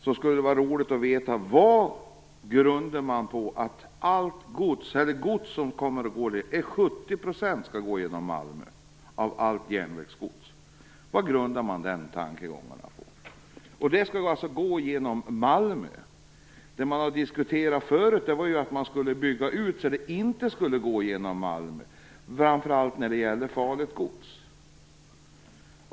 Jag skulle vidare vilja veta vad man utgår från när man menar att 70 % av allt järnvägsgods skall passera Malmö. Vad grundar man den tankegången på? Vad man tidigare har diskuterat var att bygga ut för att undvika att detta skulle gå genom Malmö, framför allt vad gäller farligt gods.